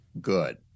good